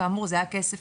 כאמור זה היה כסף